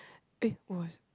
it was